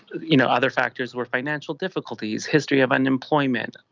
you know other factors were financial difficulties, history of unemployment,